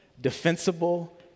defensible